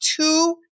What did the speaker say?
two